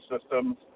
systems